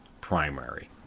primary